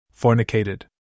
Fornicated